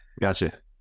Gotcha